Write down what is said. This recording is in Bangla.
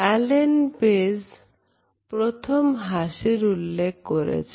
Allen Pease প্রথম হাসির উল্লেখ করেছেন